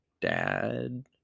dad